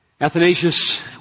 Athanasius